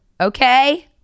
okay